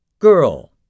girl